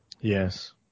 Yes